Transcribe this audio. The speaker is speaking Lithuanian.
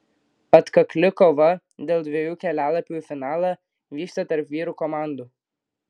atkakli kova dėl dviejų kelialapių į finalą vyksta tarp vyrų komandų